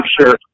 sure